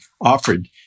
offered